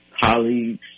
colleagues